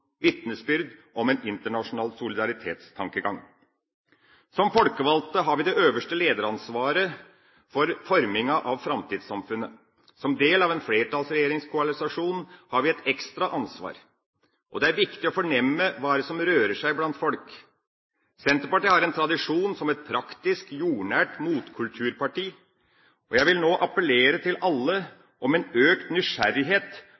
folkevalgte har vi det øverste lederansvaret for forminga av framtidssamfunnet. Som del av en flertallsregjeringskoalisjon har vi et ekstra ansvar. Og det er viktig å fornemme hva det er som rører seg blant folk. Senterpartiet har en tradisjon som et praktisk, jordnært motkulturparti, og jeg vil nå appellere til